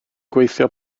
gweithio